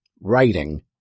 writing